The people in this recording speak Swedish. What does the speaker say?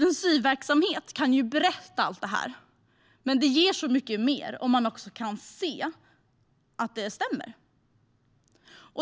En SYV-verksamhet kan berätta allt detta, men det ger mycket mer om man också kan se att det stämmer.